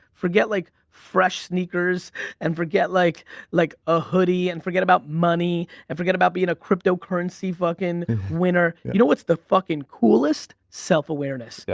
forget like fresh sneakers and forget like like a hoodie and forget about money and forget about being a cryptocurrency fucking winner. you know what's the fucking coolest? self-awareness. yeah